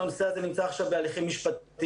הנושא הזה נמצא עכשיו בהליכים משפטיים,